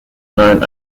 known